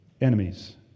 enemies